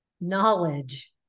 knowledge